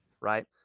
Right